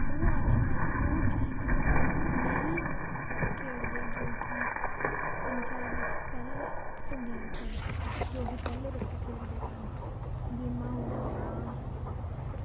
ਉਹ ਅੱਜ ਕੱਲ੍ਹ ਉਹ ਚੀਜ਼ ਨਹੀਂ ਖੇਡਦੇ ਜੋ ਕਿ ਪੰਜਾਬ ਵਿੱਚ ਪਹਿਲਾਂ ਹੁੰਦੀਆਂ ਸਨ ਜੋ ਕਿ ਪਹਿਲੇ ਬੱਚੇ ਖੇਡਦੇ ਸਨ ਗੇਮਾਂ ਹੋ ਗਈਆਂ ਪਰ